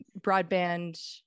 broadband